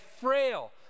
frail